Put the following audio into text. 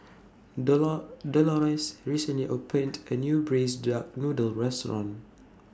dolor Dolores recently opened A New Braised Duck Noodle Restaurant